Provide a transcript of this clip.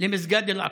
למסגד אל-אקצא.